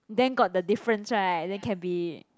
then got the difference right then can be